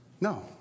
No